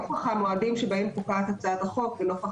נוכח המועדים שבהם פוקעת הצעת החוק ונוכח